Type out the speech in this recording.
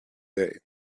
day